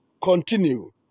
Continue